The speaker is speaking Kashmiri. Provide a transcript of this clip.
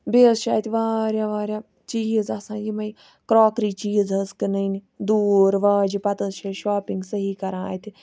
بییٚہِ حظ چھِ اَتہِ واریاہ واریاہ چیٖز آسان یِمے کراکری چیٖز حظ کٕنٕنۍ دوٗر واجہِ پَتہٕ حظ چھِ شوپِنٛگ سہی کَران اَتہِ